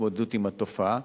להתמודדות עם התופעה.